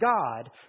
God